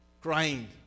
crying